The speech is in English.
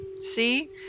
See